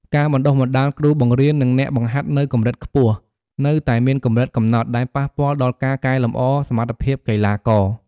ការបណ្តុះបណ្តាលគ្រូបង្រៀន និងអ្នកបង្ហាត់នៅកម្រិតខ្ពស់នៅតែមានកម្រិតកំណត់ ដែលប៉ះពាល់ដល់ការកែលម្អសមត្ថភាពកីឡាករ។